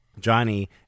Johnny